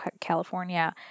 California